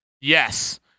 Yes